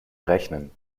rechnen